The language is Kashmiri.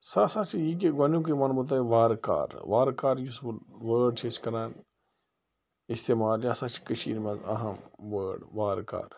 سُہ ہَسا چھُ یہِ کہِ گۄڈنیٛکُے وَنہٕ بہٕ تۄہہِ وارٕ کارٕ وارٕ کار یُس وۄن وٲرڈ چھِ أسۍ کَران اِستعمال یہِ ہَسا چھُ کٔشیٖرِ منٛز أہم وٲرڈ وارٕ کار